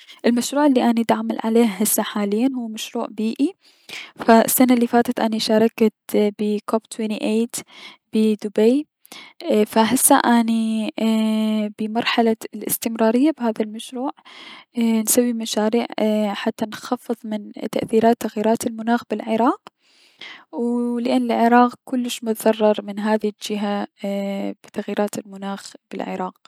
المشروع الي اني داعمل عليه هسة حاليا هو مشلروع بيئي ف السنة الي فاتت اني شاركت ب كوب ثمانية و عشرين بدبي فهسة اني بمرحلة الأستمرارية بهذا المشروع و دنسوي مشاريع حتى نخفض مستويات تغيير المناخ بلعلراق، و لأن العراق كلش متضرر من ها ي الجهة تغييرات المناخ بلعراق.